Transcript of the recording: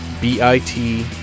B-I-T